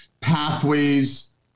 pathways